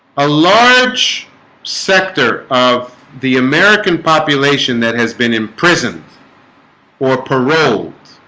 a large sector of the american population that has been imprisoned or paroled